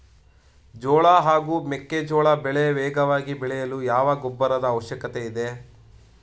ಜೋಳ ಹಾಗೂ ಮೆಕ್ಕೆಜೋಳ ಬೆಳೆ ವೇಗವಾಗಿ ಬೆಳೆಯಲು ಯಾವ ಗೊಬ್ಬರದ ಅವಶ್ಯಕತೆ ಇದೆ?